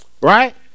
right